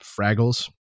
Fraggles